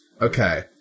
Okay